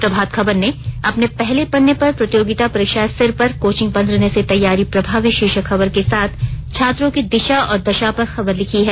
प्रभात खबर ने अपने पहले पन्ने पर प्रतियोगिता परीक्षाएं सिर पर कोचिंग बंद रहने से तैयारी प्रभावित शीर्षक खबर के साथ छात्रों की दिशा और दशा पर खबर लिखी है